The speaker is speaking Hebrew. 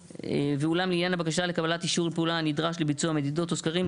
"ואולם לעניין הבקשה לקבלת אישור לפעולה הנדרש לביצוע מדידות או סקרים,